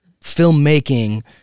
filmmaking